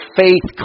faith